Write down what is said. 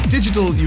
Digital